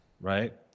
Right